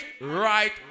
right